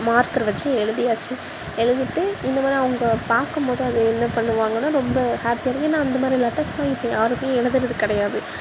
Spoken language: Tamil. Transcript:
மார்க்கரை வச்சு எழுதியாச்சி எழுதிட்டு இந்தமாதிரி அவங்க பார்க்கும்போது அது என்ன பண்ணுவாங்கனால் ரொம்ப ஹாப்பியாகருக்கும் ஏனால் அந்த மாதிரி லெட்டர்ஸெலாம் இப்போது யாருக்கும் எழுதறது கிடையாது